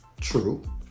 True